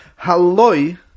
haloi